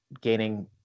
gaining